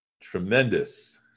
tremendous